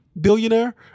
billionaire